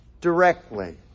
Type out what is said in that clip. directly